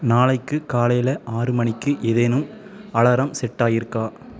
நாளைக்கு காலையில் ஆறு மணிக்கு ஏதேனும் அலாரம் செட் ஆகி இருக்கா